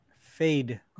Fade